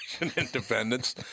independence